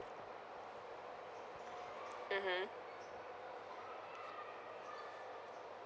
mmhmm